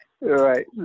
Right